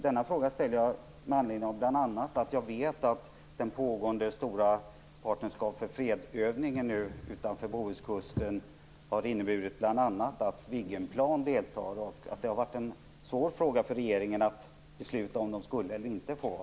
Denna fråga ställer jag delvis med anledning av att jag vet att den pågående stora PFF övningen utanför Bohuskusten bl.a. har inneburit att Viggenplan deltar och att det har varit en svår fråga för regeringen att besluta om de skulle få vara med eller inte.